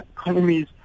economies